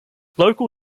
local